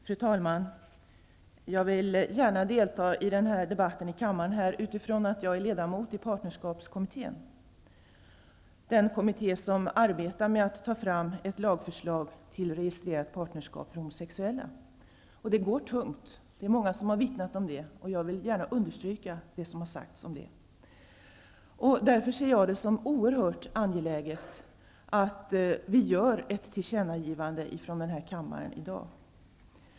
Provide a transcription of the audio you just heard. Fru talman! Jag vill som ledamot i partnerskapskommittén gärna delta i den här debatten i kammaren. Det är den kommitté som arbetar med att ta fram ett lagförslag till registrerat partnerskap för homosexuella. Det går tungt, vilket många har omvittnat, och det vill jag gärna understryka. Jag ser det därför som oerhört angeläget att vi gör ett tillkännagivande från denna kammre i dag.